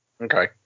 Okay